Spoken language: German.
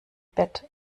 bett